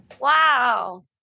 wow